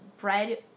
bread